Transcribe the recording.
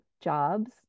jobs